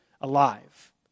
alive